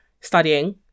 studying